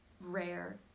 rare